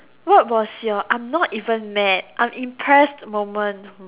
what was your I'm not even mad I'm impressed moment